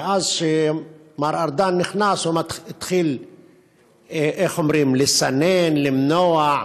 מאז שמר ארדן נכנס, הוא התחיל לסנן, למנוע,